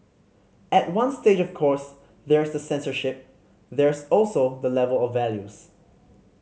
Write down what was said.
at one stage of course there's the censorship there's also the level of values